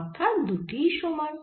অর্থাৎ দুটিই সমান